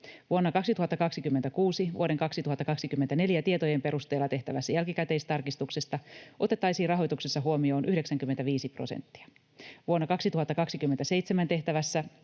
Vuonna 2026 vuoden 2024 tietojen perusteella tehtävässä jälkikäteistarkistuksessa otettaisiin rahoituksessa huomioon 95 prosenttia, vuonna 2027 tehtävässä